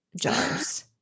jars